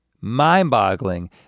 mind-boggling